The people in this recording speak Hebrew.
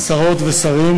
תודה, שרות ושרים,